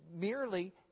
merely